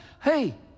Hey